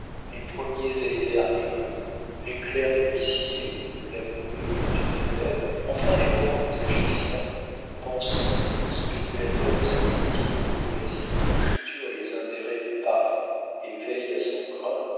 les premiers et les derniers commis les clercs de l'huissier de l'avoué du notaire enfin les membres agissants pensants spéculants de cette petite bourgeoisie qui triture les intérêts de paris et veille à son grain